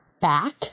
back